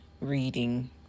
reading